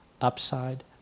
upside